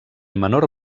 menor